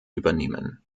übernehmen